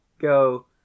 go